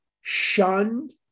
shunned